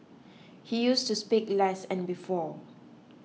he used to speak less and before